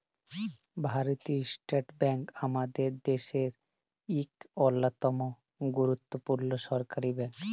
ভারতীয় state bank আমাদের দ্যাশের ইক অল্যতম গুরুত্তপুর্ল সরকারি ব্যাংক